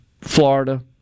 Florida